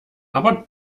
aber